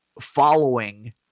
following